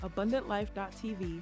AbundantLife.tv